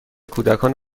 کودکان